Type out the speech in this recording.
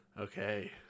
Okay